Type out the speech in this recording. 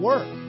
Work